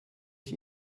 ich